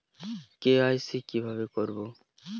KYC কিভাবে করব?